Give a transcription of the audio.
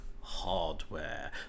hardware